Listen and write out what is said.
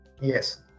Yes